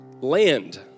land